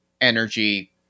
energy